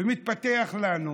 ומתפתח לנו